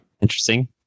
Interesting